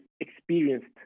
experienced